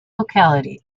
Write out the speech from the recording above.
locality